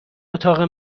اتاق